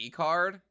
card